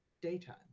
daytime